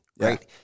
Right